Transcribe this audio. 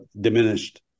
diminished